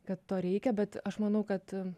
kad to reikia bet aš manau kad